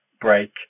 break